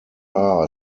are